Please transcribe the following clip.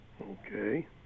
Okay